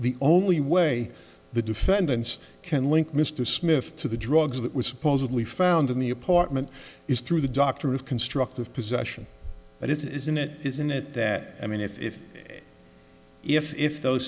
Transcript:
the only way the defendants can link mr smith to the drugs that was supposedly found in the apartment is through the doctor of constructive possession that is isn't it isn't it that i mean if if if if those